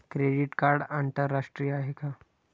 Credit card आंतरराष्ट्रीय आहे का?